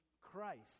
Christ